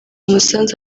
umusanzu